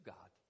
God